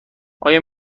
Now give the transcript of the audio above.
آیا